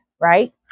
Right